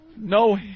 No